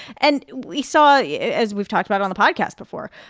and we saw, yeah as we've talked about on the podcast before,